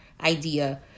idea